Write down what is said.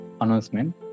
announcement